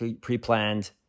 pre-planned